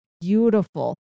beautiful